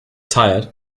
tired